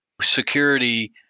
security